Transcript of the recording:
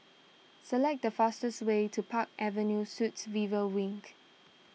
select the fastest way to Park Avenue Suites River Wing